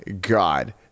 god